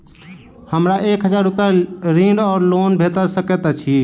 हमरा एक हजार रूपया ऋण वा लोन भेट सकैत अछि?